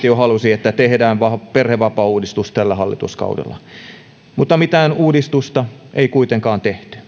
että tehdään perhevapaauudistus tällä hallituskaudella mutta mitään uudistusta ei kuitenkaan tehty miksi